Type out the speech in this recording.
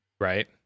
Right